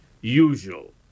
usual